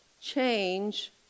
change